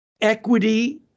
equity